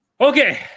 Okay